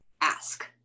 ask